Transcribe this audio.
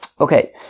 Okay